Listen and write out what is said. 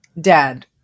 Dad